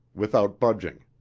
without budging.